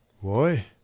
Why